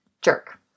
Jerk